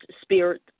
spirit